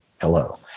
hello